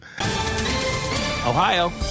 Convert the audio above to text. Ohio